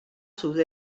sud